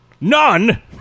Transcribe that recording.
None